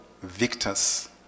victors